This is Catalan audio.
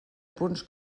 punts